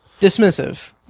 dismissive